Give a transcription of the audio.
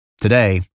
today